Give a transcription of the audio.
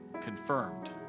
Confirmed